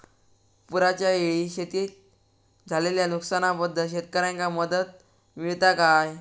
पुराच्यायेळी शेतीत झालेल्या नुकसनाबद्दल शेतकऱ्यांका मदत मिळता काय?